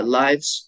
lives